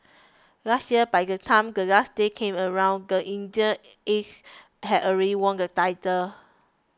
last year by the time the last day came around the Indian Aces had already won the title